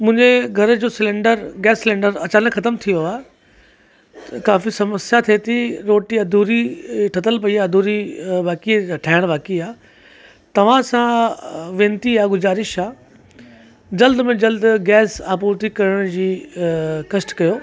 मुंहिंजे घर जो सिलेंडर गैस सिलेंडर अचानक ख़तमु थी वियो आहे त काफ़ी समस्या थिए थी रोटी अधूरी ठहियल पई आहे अधूरी बाकी ठहण बाकी आहे तव्हां सां वेनिती आहे गुज़ारिश आहे जल्द में जल्द गैस आपूर्ति करण जी कष्ट कयो